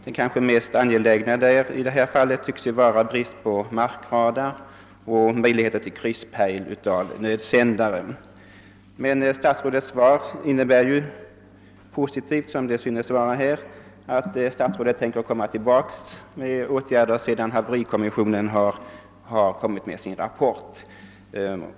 Den kanske viktigaste tycks vara bristen på markradar och möjligheten till krysspejl av nödsändare. Kommunikationsministerns svar innebär emellertid — positivt som det sy nes vara — att statsrådet ämnar återkomma med åtgärder sedan haverikommissionen framlagt sin rapport.